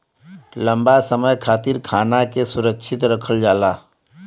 लंबा समय खातिर खाना के सुरक्षित रखल जाला